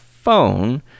phone